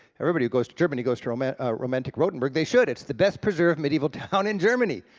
everybody who goes to germany goes to romantic romantic rothenburg. they should, it's the best-preserved medieval town in germany.